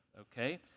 okay